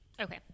Okay